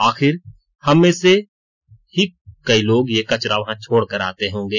आखिर हम में से ही कई लोग ये कचरा वहां छोड़कर आते होंगे